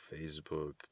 Facebook